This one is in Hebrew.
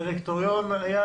הדירקטוריון היה